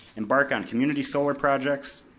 embark on community solar projects,